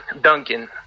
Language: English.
Duncan